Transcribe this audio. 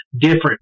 different